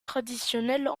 traditionnelles